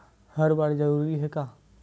हर बार जरूरी हे का?